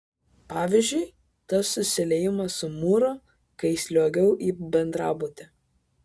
pavyzdžiui tas susiliejimas su mūru kai sliuogiau į bendrabutį